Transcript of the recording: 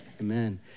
Amen